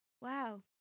wow